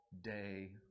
day